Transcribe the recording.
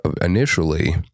initially